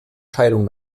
scheidung